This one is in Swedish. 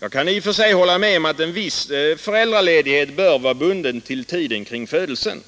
Jag kan i och för sig hålla med om att en viss föräldraledighet bör vara bunden till tiden kring födelsen.